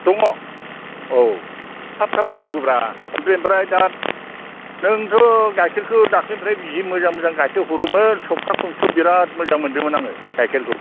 दङ औ थाब थाब बुंनांगौब्रा ओमफ्राय बेनिफ्राय दा नोंथ' गाइखेरखौ दाख्लैनिफ्राय जि मोजां मोजां गाइखेर हरोमोन सबथा खनसे बिराद मोजां मोन्दोंमोन आङो गाइखेरखौ